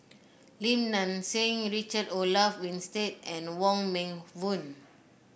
Lim Nang Seng Richard Olaf Winstedt and Wong Meng Voon